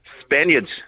Spaniards